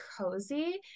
cozy